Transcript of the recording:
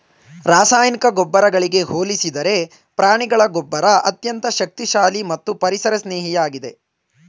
ರಾಸಾಯನಿಕ ಗೊಬ್ಬರಗಳಿಗೆ ಹೋಲಿಸಿದರೆ ಪ್ರಾಣಿಗಳ ಗೊಬ್ಬರ ಅತ್ಯಂತ ಶಕ್ತಿಶಾಲಿ ಮತ್ತು ಪರಿಸರ ಸ್ನೇಹಿಯಾಗಿದೆ